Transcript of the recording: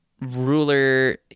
ruler